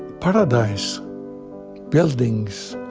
paradise buildings,